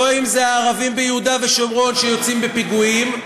לא אם זה הערבים ביהודה ושומרון שיוצאים לפיגועים,